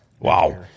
Wow